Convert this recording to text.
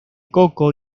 coco